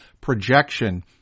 projection